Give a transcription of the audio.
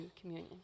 communion